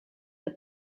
the